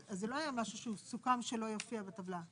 אז זה לא היה משהו שהוא סוכם שלא יופיע בטבלה.